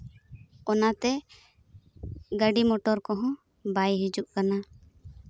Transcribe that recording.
ᱚᱱᱟᱛᱮ ᱜᱟᱹᱰᱤ ᱢᱚᱴᱚᱨ ᱠᱚᱦᱚᱸ ᱵᱟᱭ ᱦᱤᱡᱩᱜ ᱠᱟᱱᱟ